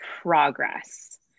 progress